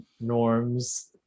norms